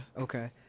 okay